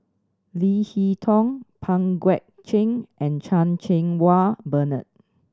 Leo Hee Tong Pang Guek Cheng and Chan Cheng Wah Bernard